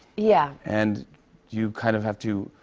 yeah. and you kind of have to